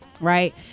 right